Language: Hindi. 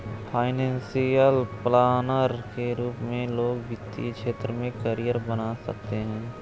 फाइनेंशियल प्लानर के रूप में लोग वित्तीय क्षेत्र में करियर बना सकते हैं